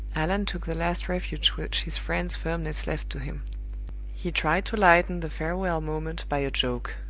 allan took the last refuge which his friend's firmness left to him he tried to lighten the farewell moment by a joke.